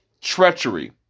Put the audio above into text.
treachery